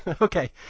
Okay